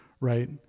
right